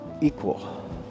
equal